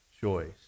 choice